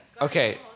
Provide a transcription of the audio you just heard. Okay